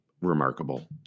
remarkable